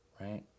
right